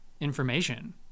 information